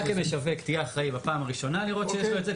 אתה כמשווק תהיה אחראי בפעם הראשונה לראות שיש לו את זה.